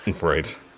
Right